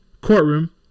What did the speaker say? courtroom